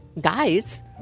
guys